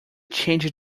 changing